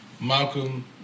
Malcolm